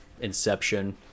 Inception